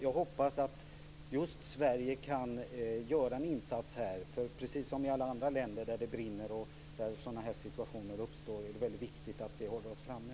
Jag hoppas att just Sverige kan göra en insats. Precis som i alla andra länder där det brinner och sådana här situationer uppstår är det viktigt att vi håller oss framme.